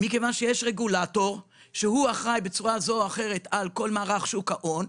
מכיוון שיש רגולטור שאחראי בצורה זו או אחרת על מערך שוק ההון.